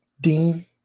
Dean